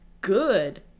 good